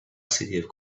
city